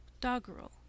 doggerel